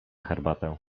herbatę